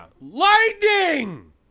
Lightning